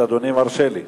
אדוני מרשה לי.